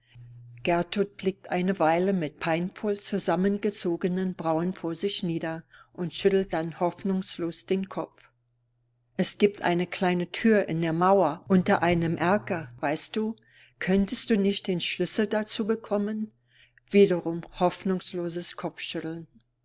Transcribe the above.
gertrud blickt eine weile mit peinvoll zusammengezogenen brauen vor sich nieder und schüttelt dann hoffnungslos den ropf es gibt eine kleine tür in der mauer unter einem erker weißt du könntest du nicht den schlüssel dazu bekommen wiederum hoffnungsloses kopfschütteln